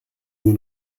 nur